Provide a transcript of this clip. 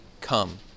come